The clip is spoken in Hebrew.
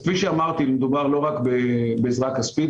כפי שאמרתי, מדובר לא רק בעזרה כספית.